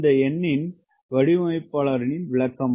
இந்த எண்ணின் வடிவமைப்பாளரின் விளக்கம்